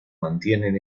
mantienen